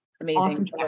amazing